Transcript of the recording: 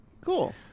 Cool